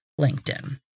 LinkedIn